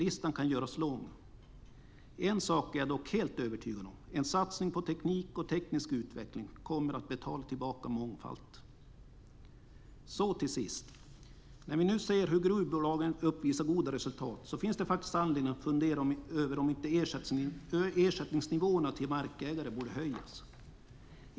Listan kan göras lång. En sak är jag dock helt övertygad om, en satsning på teknik och teknisk utveckling kommer att betala tillbaka mångfalt. Till sist vill jag säga att när vi nu ser hur gruvbolagen uppvisar goda resultat finns det faktiskt anledning att fundera över om inte ersättningsnivåerna till markägare borde höjas.